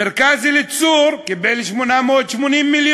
מרכז "אליצור" קיבל 880,000,